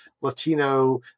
Latino